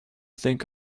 think